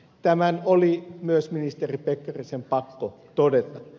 tämä oli myös ministeri pekkarisen pakko todeta